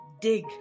dig